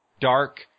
dark